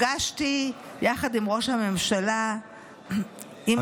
נפגשתי יחד עם ראש הממשלה עם מצטייני השירות הלאומי.